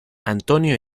antonio